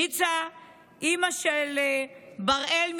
אימא של בראל,